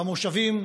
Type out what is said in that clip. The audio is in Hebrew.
במושבים,